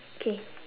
K